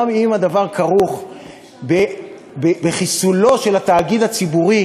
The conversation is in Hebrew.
גם אם הדבר כרוך בחיסולו של התאגיד הציבורי,